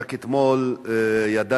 רק אתמול ידעתי,